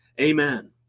amen